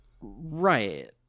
Right